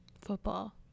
Football